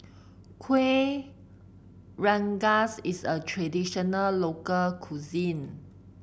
Kueh Rengas is a traditional local cuisine